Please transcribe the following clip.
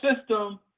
system